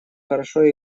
хорошо